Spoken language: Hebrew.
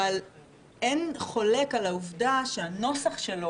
אבל אין חולק על העובדה שהנוסח שלו